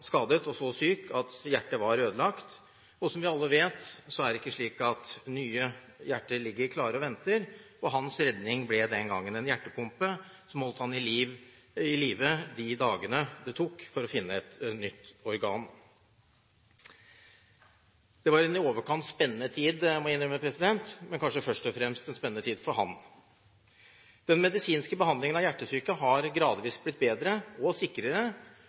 skadet og så syk at hjertet var ødelagt. Som vi alle vet, er det ikke slik at nye hjerter ligger klare og venter. Hans redning ble den gangen en hjertepumpe som holdt ham i live de dagene det tok å finne et nytt organ. Det var en i overkant spennende tid, må jeg innrømme, men kanskje først og fremst en spennende tid for ham. Den medisinske behandlingen av hjertesyke har gradvis blitt bedre og sikrere